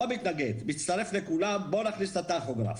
לא מתנגד מצטרף לכולם, בואו נכניס את הטכוגרף.